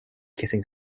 kissing